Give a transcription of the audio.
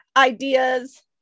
ideas